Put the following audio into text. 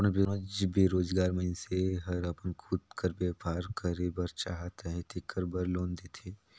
कोनोच बेरोजगार मइनसे हर अपन खुद कर बयपार करे बर चाहत अहे तेकर बर लोन देथे